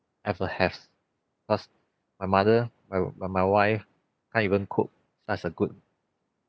I've ever have cause my mother my my my wife can't even cook such a good